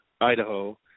Idaho